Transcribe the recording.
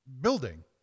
building